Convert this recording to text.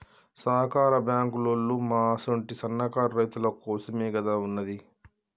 సహకార బాంకులోల్లు మా అసుంటి సన్నకారు రైతులకోసమేగదా ఉన్నది